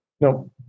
Nope